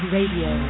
Radio